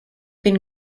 been